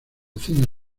cine